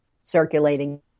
circulating